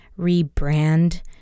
rebrand